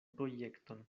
projekton